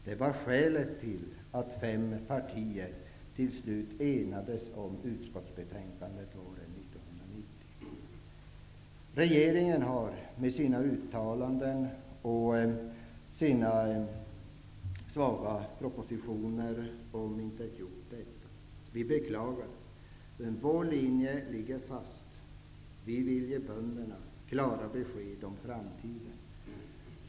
Det var skälet till att fem partier till slut enades om utskottsbetänkandet våren 1990. Regeringen har med sina uttalanden och med sina svaga propositioner omintetgjort detta. Vi beklagar detta. Vår linje ligger fast. Vi vill ge bönderna klara besked om framtiden.